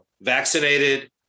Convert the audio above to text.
Vaccinated